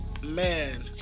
Man